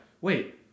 wait